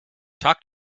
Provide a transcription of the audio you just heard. talk